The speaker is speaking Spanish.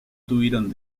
tuvieran